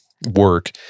work